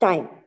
Time